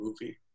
movie